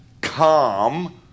calm